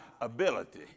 ability